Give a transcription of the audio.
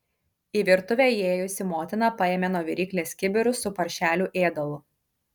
į virtuvę įėjusi motina paėmė nuo viryklės kibirus su paršelių ėdalu